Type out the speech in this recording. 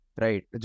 right